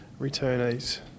returnees